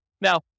Now